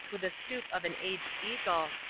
with the stoop of an aged eagle,